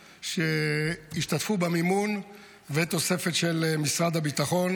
שהשתתפו במימון ותוספת של משרד הביטחון,